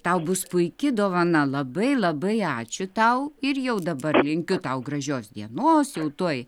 tau bus puiki dovana labai labai ačiū tau ir jau dabar linkiu tau gražios dienos jau tuoj